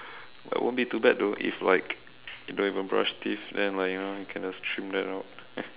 but won't be too bad though if like you don't even brush teeth then like you know you can just trim that out